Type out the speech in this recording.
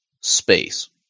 space